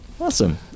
Awesome